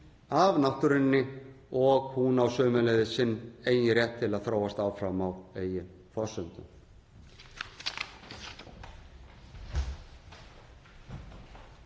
af náttúrunni og hún á sömuleiðis sinn eigin rétt til að þróast áfram á eigin forsendum.